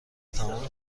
تمام